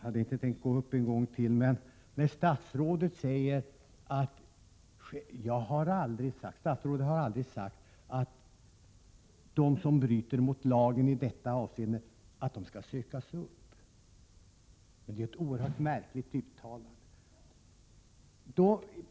Herr talman! Statsrådet säger att han aldrig har sagt att de som bryter mot lagen i detta avseende skall sökas upp. Det är ett oerhört märkligt uttalande.